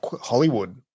Hollywood